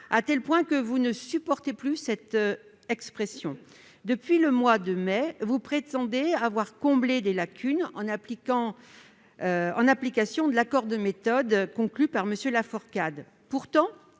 à tel point que vous ne supportez plus cette expression. Depuis le mois de mai, vous prétendez avoir comblé des lacunes en application de l'accord de méthode conclu par M. Laforcade. Pourtant,